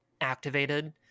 activated